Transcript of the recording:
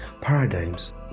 paradigms